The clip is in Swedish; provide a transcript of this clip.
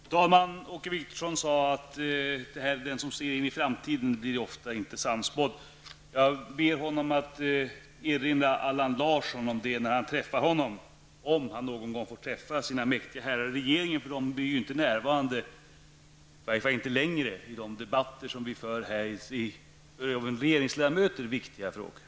Fru talman! Åke Wictorsson sade att den som ser in i framtiden ofta inte blir sannspådd. Jag ber honom erinra Allan Larsson om det när han träffar honom, om han någon gång får träffa de mäktiga herrarna i regeringen -- de är ju inte längre närvarande i de debatter som vi för i för regeringsledamöter viktiga frågor.